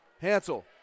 Hansel